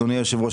אדוני היושב-ראש,